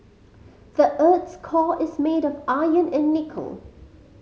the earth's core is made of iron and nickel